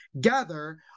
gather